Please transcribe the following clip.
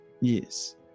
Yes